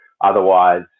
Otherwise